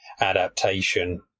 adaptation